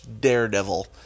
Daredevil